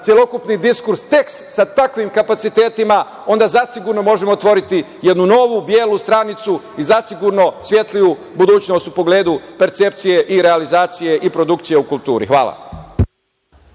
celokupni diskurs tekst sa takvim kapacitetima, onda zasigurno možemo otvoriti jednu novu belu stranicu i zasigurno svetliju budućnost u pogledu percepcije i realizacije i produkcije u kulturi. Hvala.